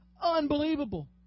unbelievable